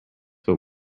but